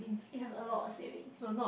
you have a lot of savings